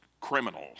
criminal